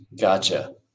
Gotcha